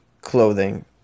clothing